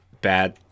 bad